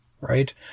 Right